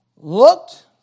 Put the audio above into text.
looked